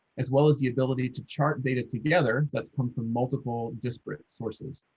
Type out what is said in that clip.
as well as the ability to chart data together that's come from multiple disparate sources.